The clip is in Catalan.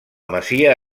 masia